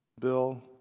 Bill